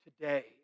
today